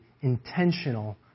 intentional